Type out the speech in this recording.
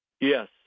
Yes